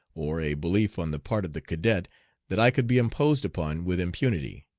or a belief on the part of the cadet that i could be imposed upon with impunity,